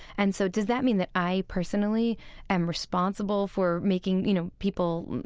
and so does that mean that i personally am responsible for making, you know, people,